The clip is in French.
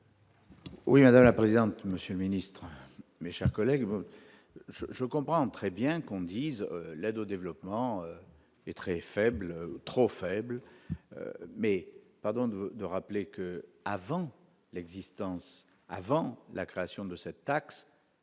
Oui, madame la présidente, monsieur le Ministre, mes chers collègues, je je comprends très bien qu'on dise, l'aide au développement est très faible, trop faible, mais pardon de vous le rappeler que avant l'existence avant la création de cette taxe,